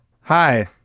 Hi